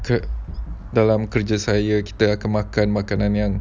kan dalam kerja saya kita akan makan makanan yang